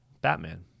Batman